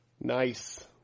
Nice